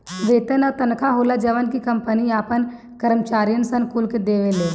वेतन उ तनखा होला जवन की कंपनी आपन करम्चारिअन कुल के देवेले